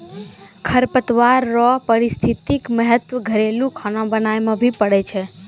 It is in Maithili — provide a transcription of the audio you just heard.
खरपतवार रो पारिस्थितिक महत्व घरेलू खाना बनाय मे भी पड़ै छै